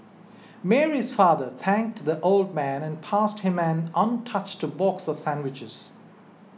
Mary's father thanked the old man and passed him an untouched box of sandwiches